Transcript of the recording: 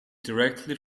directly